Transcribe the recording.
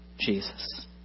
Jesus